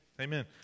Amen